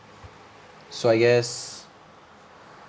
so I guess